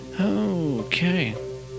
Okay